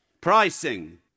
Pricing